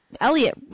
Elliot